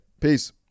Peace